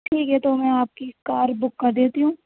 ٹھیک ہے تو میں آپ کی کار بک کر دیتی ہوں